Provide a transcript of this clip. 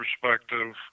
perspective